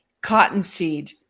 cottonseed